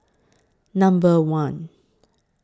Number one